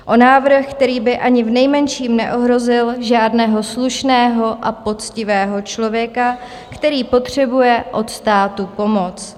O návrh, který by ani v nejmenším neohrozil žádného slušného a poctivého člověka, který potřebuje od státu pomoc.